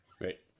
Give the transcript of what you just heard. great